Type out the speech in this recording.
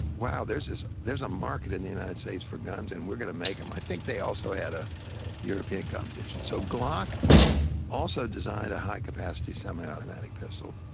wow, there's there's a market in the united states for guns and we are going to make them. i think they also had a european competition. so glock also designed a high-capacity semiautomatic pistol.